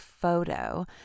photo